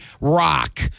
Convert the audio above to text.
Rock